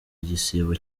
igisibo